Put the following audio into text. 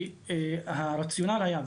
כי הרציונל היה,